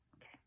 Okay